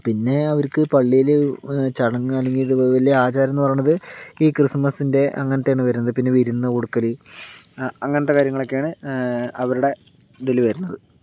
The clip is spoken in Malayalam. പിന്നെ അവർക്ക് പള്ളിയില് ചടങ്ങ് അല്ലെങ്കി വലിയ ആചാരം എന്ന് പറയണത് ഈ ക്രിസ്മസിൻ്റെ അങ്ങനത്തെയാണ് വരുന്നത് പിന്നെ വിരുന്ന് കൊടുക്കല് അങ്ങനത്തെ കാര്യങ്ങളൊക്കെയാണ് അവരുടെ ഇതില് വരുന്നത്